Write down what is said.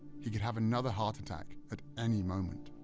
he could have another heart attack at any moment.